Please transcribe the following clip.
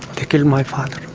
they killed my father.